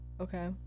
Okay